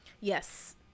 yes